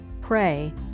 pray